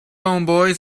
homeboy